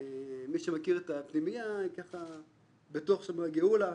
מי שמכיר את הפנימייה בתוך שכונת גאולה,